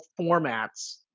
formats